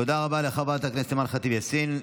תודה רבה לחברת הכנסת אימאן ח'טיב יאסין.